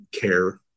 care